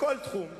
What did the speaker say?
בכל תחום.